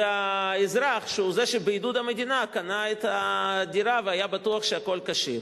האזרח שבעידוד המדינה קנה את הדירה והיה בטוח שהכול כשר.